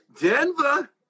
Denver